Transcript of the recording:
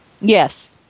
Yes